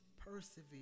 persevere